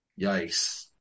Yikes